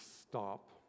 stop